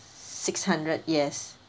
six hundred yes